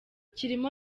kirimo